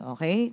Okay